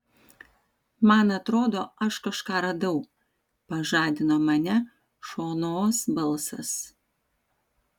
man atrodo aš kažką radau pažadino mane šonos balsas